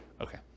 Okay